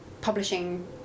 publishing